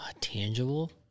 Tangible